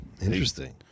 Interesting